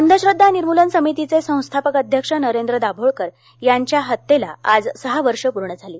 अंधश्रद्धा निर्मूलन समितीचे संस्थापक अध्यक्ष नरेंद्र दाभोलकर याच्या हत्येला आज सहा वर्षे पूर्ण झाली